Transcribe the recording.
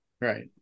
right